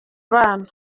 bana